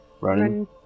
Running